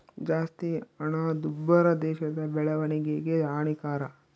ಜಾಸ್ತಿ ಹಣದುಬ್ಬರ ದೇಶದ ಬೆಳವಣಿಗೆಗೆ ಹಾನಿಕರ